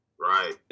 Right